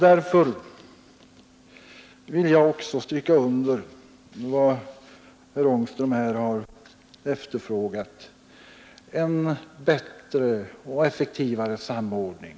Därför vill jag också stryka under vad herr Ångström här har efterfrågat, nämligen en bättre och effektivare samordning.